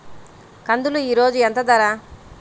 కందులు ఈరోజు ఎంత ధర?